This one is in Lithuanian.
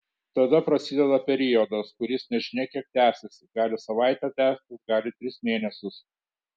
tada prasideda periodas kuris nežinia kiek tęsiasi gali savaitę tęstis gali tris mėnesius